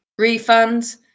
Refunds